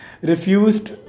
refused